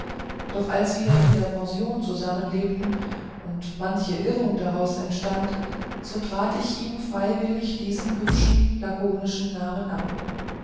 doch als wir in der pension zusammenlebten und manche irrung daraus entstand so trat ich ihm freiwillig diesen hübschen lakonischen namen ab